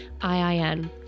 IIN